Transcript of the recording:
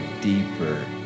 deeper